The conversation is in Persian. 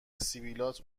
سبیلات